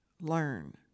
learn